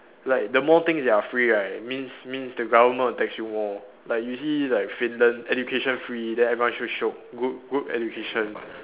like the more things that are free right means means the government will tax you more like you see like Finland education free and then everyone so shiok good good education